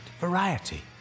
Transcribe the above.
variety